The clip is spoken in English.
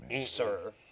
sir